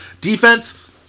Defense